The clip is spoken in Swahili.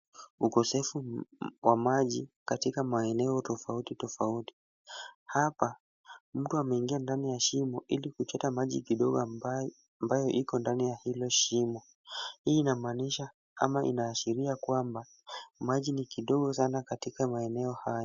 Ukosefu wa maji katika maeneo tofauti tofauti. Hapa mtu ameingia ndani ya shimo ili kuchota maji kidogo ambayo iko ndani ya hilo shimo. Hii inamaanisha ama inaashiria kwamba maji ni kidogo sana katika maeneo haya.